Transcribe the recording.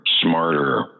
smarter